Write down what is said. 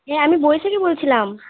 হ্যাঁ আমি বৈশাখী বলছিলাম